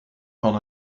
van